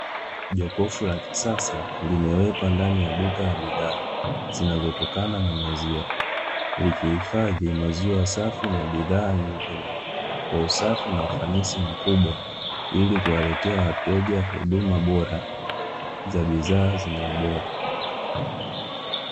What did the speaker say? Jokofu la kisasa, limewekwa ndani ya duka la bidhaa zinazotokana na maziwa. Likihifadhi maziwa safi na bidhaa nyingine kwa usafi na ufanisi mkubwa Ili kuwaletea wateja huduma bora za bidhaa zenye ubora.